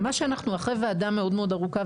ומה שאנחנו אחרי ועדה מאוד מאוד ארוכה,